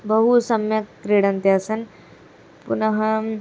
बहु सम्यक् क्रीडन्त्यासन् पुनः